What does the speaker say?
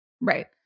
Right